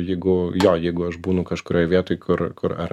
jeigu jo jeigu aš būnu kažkurioj vietoj kur kur ar